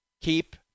Keep